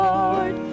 Lord